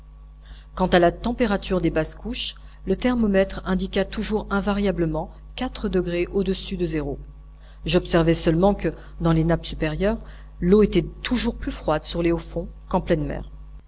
quant à la température des basses couches le thermomètre indiqua toujours invariablement quatre degrés au-dessus de zéro j'observai seulement que dans les nappes supérieures l'eau était toujours plus froide sur les hauts fonds qu'en pleine mer